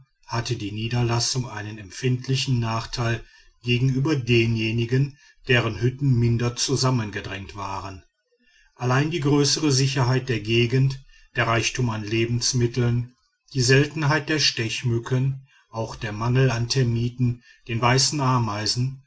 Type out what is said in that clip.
hatte die niederlassung einen empfindlichen nachteil gegenüber denjenigen deren hütten minder zusammengedrängt waren allein die größere sicherheit der gegend der reichtum an lebensmitteln die seltenheit der stechmücken auch der mangel an termiten den weißen ameisen